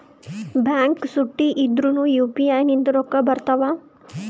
Bank ಚುಟ್ಟಿ ಇದ್ರೂ UPI ನಿಂದ ರೊಕ್ಕ ಬರ್ತಾವಾ?